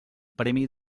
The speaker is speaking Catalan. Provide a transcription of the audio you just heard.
premi